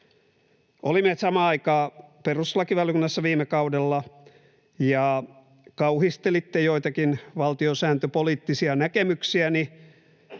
Olimme samaan aikaan perustuslakivaliokunnassa viime kaudella, ja kauhistelitte joitakin valtiosääntöpoliittisia näkemyksiäni.